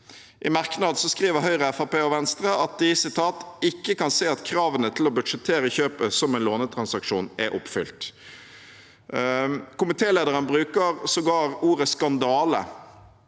I merknad skriver Høyre, Fremskrittspartiet og Venstre at de «kan ikke se at kravene til å budsjettere kjøpet som en lånetransaksjon er oppfylt». Komitélederen bruker sågar ordet «skandale»